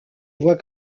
voit